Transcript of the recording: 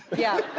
yeah.